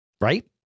Right